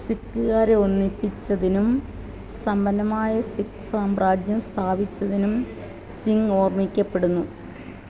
സിഖുകാരെ ഒന്നിപ്പിച്ചതിനും സമ്പന്നമായ സിഖ് സാമ്രാജ്യം സ്ഥാപിച്ചതിനും സിംഗ് ഓർമ്മിക്കപ്പെടുന്നു